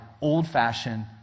old-fashioned